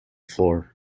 floor